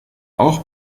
auch